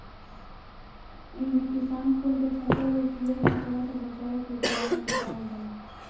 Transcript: इमे किसान कुल के फसल के कीड़ा मकोड़ा से बचावे के उपाय बतावल जाला